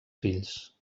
fills